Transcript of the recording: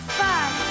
five